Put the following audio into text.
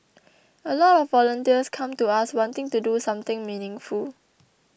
a lot of volunteers come to us wanting to do something meaningful